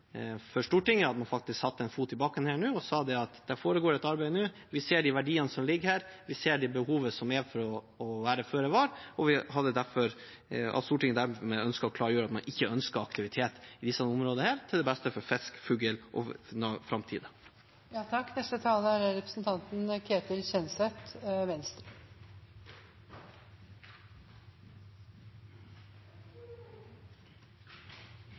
for Stortinget at man satte en fot i bakken nå og sa at det foregår et arbeid, vi ser de verdiene som ligger her, vi ser det behovet som er for å være føre var, og at Stortinget dermed ønsker å klargjøre at man ikke ønsker aktivitet i disse områdene – til det beste for fisk, fugl og framtiden. Jeg tar tak i siste innlegg fra representanten